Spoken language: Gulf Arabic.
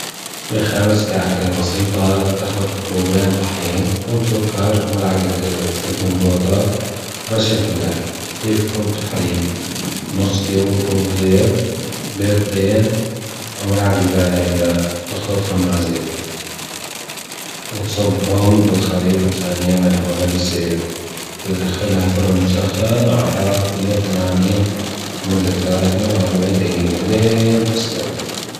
لخبز كعكة بسيطة بتاخد كوبين طحين وكوب سكر وملعقتين بيكنج بودر ورشة ملح ونضيف كوب حليب ونص كوب زبت وبيضتين وملعقة فانليا وتخلطهم مع الزيت وتصبهم بالخليط في صينية مدهون زيت وتحطهم في فرن مسخن على حرارة ماية وثمانين لمدة ثلاثين لاربعين دجيجة لين تستوي.